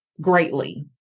greatly